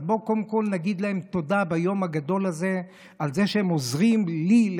בואו קודם כול נגיד להם תודה ביום הגדול הזה על זה שהם עוזרים לי,